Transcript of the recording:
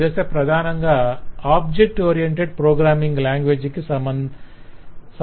ఈ దశ ప్రధానంగా ఆబ్జెక్ట్ ఓరియంటెడ్ ప్రోగ్రామ్మింగ్ లాంగ్వేజ్ కి సంబంధమైనది